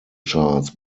charts